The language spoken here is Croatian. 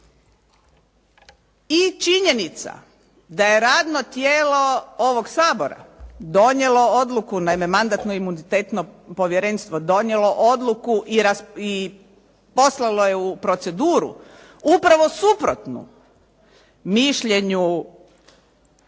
i činjenica da je radno tijelo ovog Sabora donijelo odluku, naime Mandatno-imunitetno povjerenstvo donijelo odluku i poslalo je u proceduru upravno suprotnu mišljenju Odbora